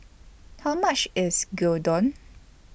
How much IS Gyudon